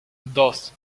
dos